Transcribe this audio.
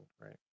right